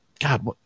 God